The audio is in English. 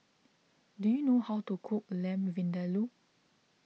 do you know how to cook Lamb Vindaloo